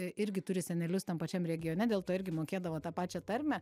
irgi turi senelius tam pačiam regione dėl to irgi mokėdavo tą pačią tarmę